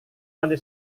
lantai